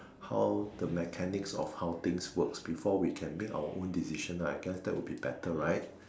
how the mechanics of how things work before we can make our own decision I guess that will be better right